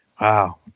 Wow